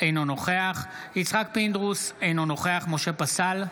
אינו נוכח יצחק פינדרוס, אינו נוכח משה פסל,